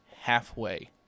halfway